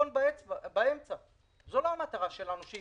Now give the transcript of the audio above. אנחנו גם ננקוט בכל האמצעים אבל זה מהלך שהוא כבר פרי עבודה